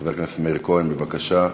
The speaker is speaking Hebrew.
חבר הכנסת מאיר כהן, בבקשה.